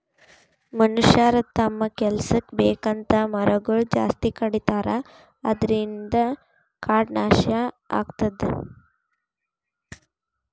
ಮನಷ್ಯರ್ ತಮ್ಮ್ ಕೆಲಸಕ್ಕ್ ಬೇಕಂತ್ ಮರಗೊಳ್ ಜಾಸ್ತಿ ಕಡಿತಾರ ಅದ್ರಿನ್ದ್ ಕಾಡ್ ನಾಶ್ ಆಗ್ಲತದ್